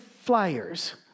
flyers